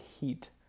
heat